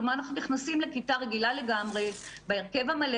כלומר אנחנו נכנסים לכיתה רגילה לגמרי בהרכב המלא